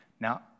Now